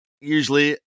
usually